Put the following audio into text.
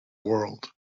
world